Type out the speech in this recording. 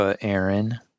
aaron